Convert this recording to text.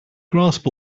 grasp